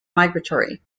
migratory